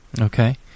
Okay